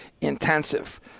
intensive